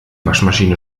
waschmaschine